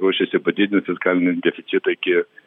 ruošiasi padidint fiskalinį deficitą iki